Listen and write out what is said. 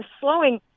slowing